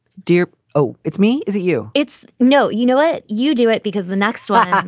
dear. oh, it's me. is it you? it's no, you know it. you do it because the next one,